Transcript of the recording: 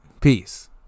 Peace